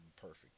perfect